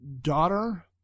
daughter